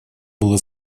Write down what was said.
была